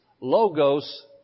Logos